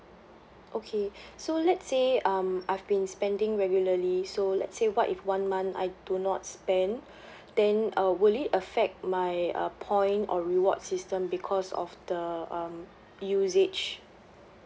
okay so let's say um I've been spending regularly so let's say what if one month I do not spend then uh will it affect my uh point or reward system because of the um usage